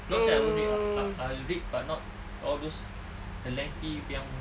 not say I won't read I I'll read but not all those lengthy yang